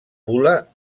pula